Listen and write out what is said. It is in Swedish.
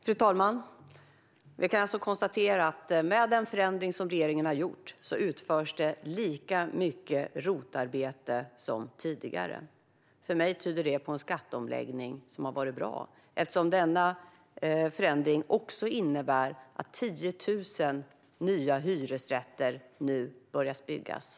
Fru talman! Vi kan alltså konstatera att det med den förändring regeringen har gjort utförs lika mycket ROT-arbete som tidigare. För mig tyder det på att denna skatteomläggning har varit bra, eftersom förändringen också innebär att 10 000 nya hyresrätter nu börjar byggas.